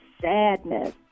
sadness